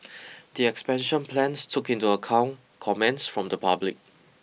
the expansion plans took into account comments from the public